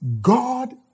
God